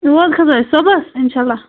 تور کھسو أسۍ صبُحس اِنشااللہ